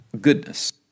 goodness